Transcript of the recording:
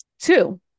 Two